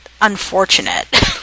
unfortunate